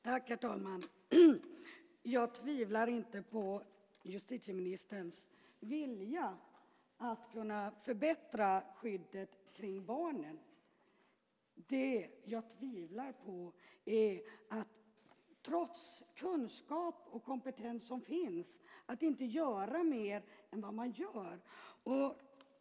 Herr talman! Jag tvivlar inte på justitieministerns vilja att förbättra skyddet för barnen. Men det är inte bra att man inte gör mer än vad man gör, trots den kunskap och kompetens som finns.